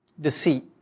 Deceit